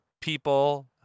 people